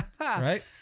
Right